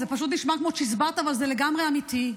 זה פשוט נשמע כמו צ'יזבט אבל זה לגמרי אמיתי.